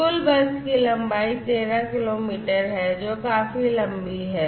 कुल bus की लंबाई 13 किलोमीटर है जो काफी लंबी है